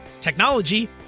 technology